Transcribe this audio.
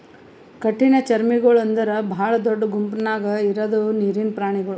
ಕಠಿಣಚರ್ಮಿಗೊಳ್ ಅಂದುರ್ ಭಾಳ ದೊಡ್ಡ ಗುಂಪ್ ನ್ಯಾಗ ಇರದ್ ನೀರಿನ್ ಪ್ರಾಣಿಗೊಳ್